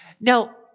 Now